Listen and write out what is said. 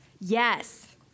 Yes